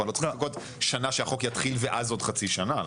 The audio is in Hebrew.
זאת אומרת לא צריך לחכות שהחוק יתחיל ואז עוד חצי שנה,